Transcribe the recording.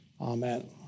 Amen